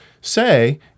say